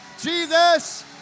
Jesus